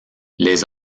les